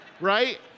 right